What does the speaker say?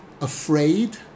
afraid